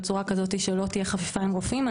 בצורה כזאת שלא תהיה חפיפה עם רופאים.